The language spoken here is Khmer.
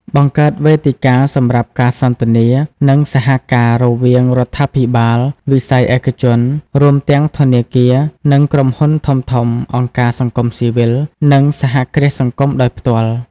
បង្កើតវេទិកាសម្រាប់ការសន្ទនា និងសហការ រវាងរដ្ឋាភិបាល វិស័យឯកជន រួមទាំងធនាគារ និងក្រុមហ៊ុនធំៗ អង្គការសង្គមស៊ីវិល និងសហគ្រាសសង្គមដោយផ្ទាល់ ។